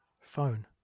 phone